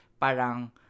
parang